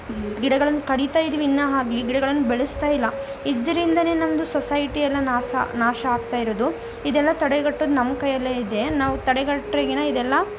ಗಿಡಗಳನ್ನ ಕಡಿತಾ ಇದ್ದೀವಿ ಇನ್ನೂ ಆಗ್ಲಿ ಗಿಡಗಳನ್ನ ಬೆಳೆಸ್ತಾ ಇಲ್ಲ ಇದ್ರಿಂದನೇ ನಮ್ಮದು ಸೊಸೈಟಿ ಎಲ್ಲ ನಾಶ ನಾಶ ಆಗ್ತಾ ಇರೋದು ಇದೆಲ್ಲ ತಡೆಗಟ್ಟೋದು ನಮ್ಮ ಕೈಯಲ್ಲೇ ಇದೆ ನಾವು ತಡೆಗಟ್ರೆಗೆನಾ ಇದೆಲ್ಲ